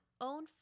own